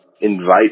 Invite